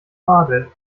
tadel